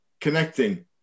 Connecting